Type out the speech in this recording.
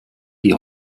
die